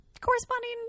corresponding